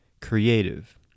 CREATIVE